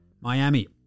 Miami